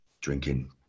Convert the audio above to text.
drinking